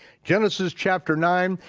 genesis chapter nine.